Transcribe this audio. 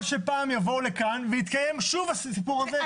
פעם יבואו לכאן ויתקיים שוב הסיפור הזה,